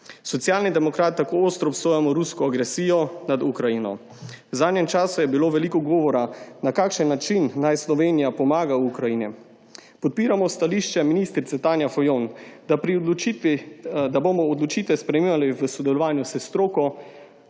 Socialni demokrati tako ostro obsojamo rusko agresijo nad Ukrajino. V zadnjem času je bilo veliko govora, na kakšen način naj Slovenija pomaga Ukrajini. Podpiramo stališče ministrice Tajne Fajon, da bomo odločitve sprejemali v sodelovanju s stroko